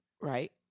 Right